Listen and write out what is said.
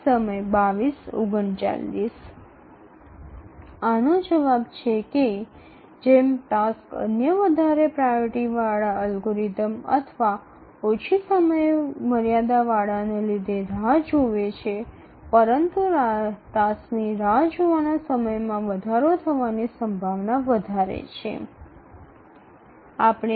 এর উত্তরটি হল টাস্কটি অপেক্ষা করায় কারণ অন্যান্য উচ্চ অগ্রাধিকারের অ্যালগরিদম রয়েছে বা তাদের সংক্ষিপ্ত সময়সীমা বহন করে তবে কার্যটির অপেক্ষায় এটি বাড়ার সম্ভাবনা বাড়িয়ে তোলে